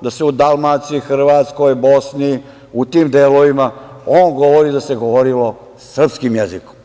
da se u Dalmaciji, Hrvatskoj, Bosni, u tim delovima, on govori da se govorilo srpskim jezikom.